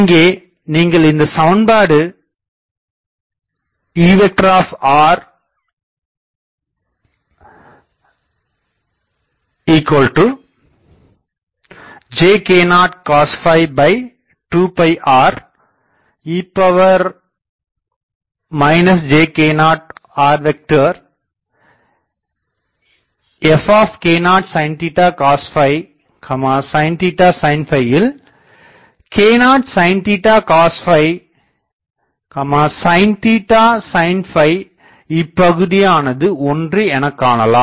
இங்கே நீங்கள் இந்தச்சமன்பாடுEjk0cos2re jk0rfk0sincos sinsinவில் k0sincos sinsin இப்பகுதி ஆனது 1 என காணலாம்